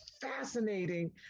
fascinating